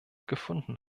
gefunden